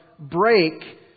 break